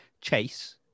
Chase